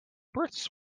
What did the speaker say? births